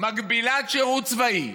מקביל לשירות צבאי.